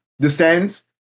descends